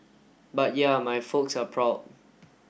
but yeah my folks are proud